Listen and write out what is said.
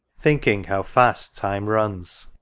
thinking how fast time runs,